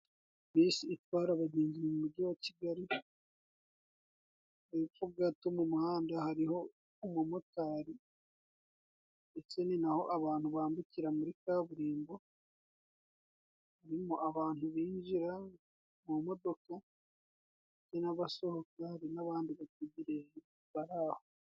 Bisi itwara abagenzi mu mujyi wa Kigali, hepfo gato mu muhanda hariho umumotari ndetse ni n' aho abantu bambukira muri kaburimbo, harimo abantu binjira mu modoka ndetse n'abasohoka, hari n'abandi bategereje bari aho.